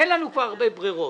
אין לנו כבר הרבה ברירות,